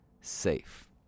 safe